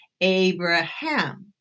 Abraham